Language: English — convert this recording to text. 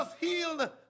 healed